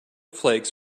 flakes